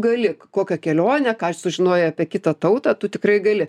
gali kokią kelionę ką sužinojai apie kitą tautą tu tikrai gali